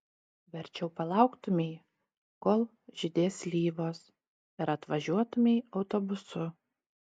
verčiau palauktumei kol žydės slyvos ir atvažiuotumei autobusu